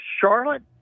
Charlotte